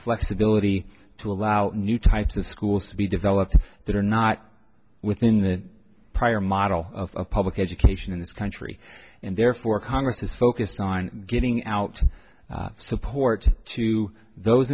flexibility to allow new types of schools to be developed that are not within the prior model of public education in this country and therefore congress is focused on getting out support to those